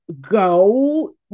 go